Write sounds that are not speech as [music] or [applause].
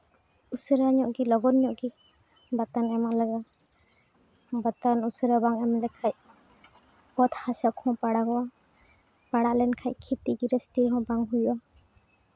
ᱩᱥᱟᱹᱨᱟ ᱧᱚᱜ ᱜᱮ ᱞᱚᱜᱚᱱ ᱧᱚᱜ ᱜᱮ ᱵᱟᱛᱟᱱ ᱮᱢᱚᱜ ᱞᱟᱜᱟᱜᱼᱟ ᱵᱟᱛᱟᱱ ᱩᱥᱟᱹᱨᱟ ᱵᱟᱢ ᱮᱢ ᱞᱮᱠᱷᱟᱡ ᱚᱛ ᱦᱟᱥᱟ ᱠᱚᱦᱚᱸ ᱯᱟᱲᱟᱜᱚᱜᱼᱟ ᱯᱟᱲᱟᱜ ᱞᱮᱱᱠᱷᱟᱡ ᱜᱮ [unintelligible] ᱵᱟᱝ ᱦᱩᱭᱩᱜᱼᱟ